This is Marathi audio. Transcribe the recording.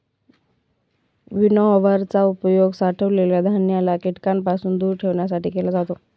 विनॉवर चा उपयोग साठवलेल्या धान्याला कीटकांपासून दूर ठेवण्यासाठी केला जातो